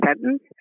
sentence